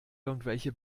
irgendwelche